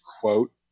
quote